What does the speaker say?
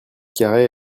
carhaix